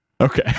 Okay